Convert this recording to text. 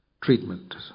treatment